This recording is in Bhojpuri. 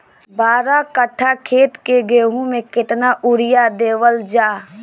बारह कट्ठा खेत के गेहूं में केतना यूरिया देवल जा?